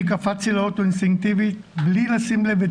אני קפצתי לאוטו אינסטינקטיבית בלי לשים לב את